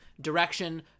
direction